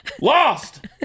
Lost